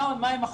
מה הם החסמים?